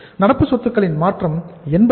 நடப்பு சொத்துக்களின் மாற்றம் 80க்கு 0